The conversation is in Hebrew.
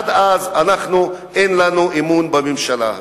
עד אז אנחנו, אין לנו אמון בממשלה הזאת.